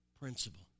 principle